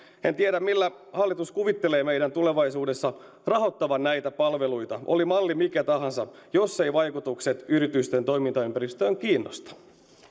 en tiedä millä hallitus kuvittelee meidän tulevaisuudessa rahoittavan näitä palveluita oli malli mikä tahansa jos eivät vaikutukset yritysten toimintaympäristöön kiinnosta